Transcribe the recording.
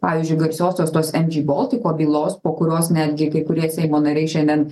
pavyzdžiui garsiosios tos mg boltiko bylos po kurios netgi kai kurie seimo nariai šiandien